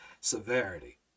severity